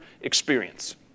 experience